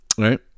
Right